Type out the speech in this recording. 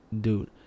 Dude